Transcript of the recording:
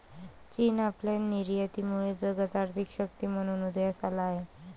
चीन आपल्या निर्यातीमुळे जगात आर्थिक शक्ती म्हणून उदयास आला आहे